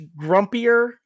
grumpier